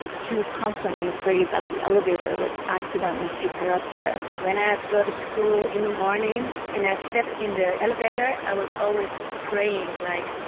she was constantly afraid that the elevator would accidentally take her up there when i had to go to school in the morning and i stepped in the elevator, i was always praying like,